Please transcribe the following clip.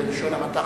בלשון המעטה.